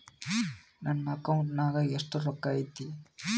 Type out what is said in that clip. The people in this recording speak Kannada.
ನನ್ನ ಅಕೌಂಟ್ ನಾಗ ಎಷ್ಟು ರೊಕ್ಕ ಐತಿ?